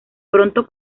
pronto